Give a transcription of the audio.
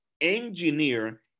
engineer